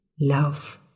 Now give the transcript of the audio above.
love